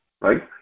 right